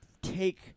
take